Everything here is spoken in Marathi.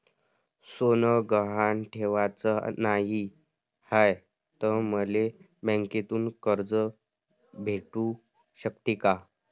सोनं गहान ठेवाच नाही हाय, त मले बँकेतून कर्ज भेटू शकते का?